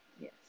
Yes